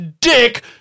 dick